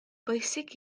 bwysig